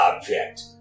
object